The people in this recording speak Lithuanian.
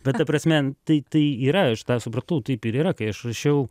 bet ta prasme tai tai yra aš tą supratau taip ir yra kai aš rašiau